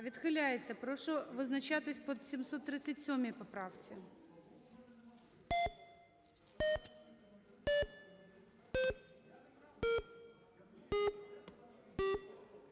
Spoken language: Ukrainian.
Відхиляється. Прошу визначатись по 737 поправці.